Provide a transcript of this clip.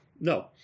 No